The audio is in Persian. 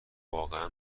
واقعا